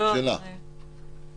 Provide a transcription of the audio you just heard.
זה לא נמצא בתוך החוק.